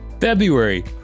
February